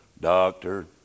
Doctor